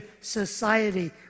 society